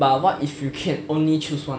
but what if you can only choose one